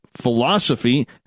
philosophy